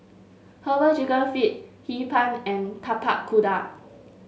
herbal chicken feet Hee Pan and Tapak Kuda